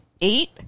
Eight